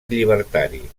llibertari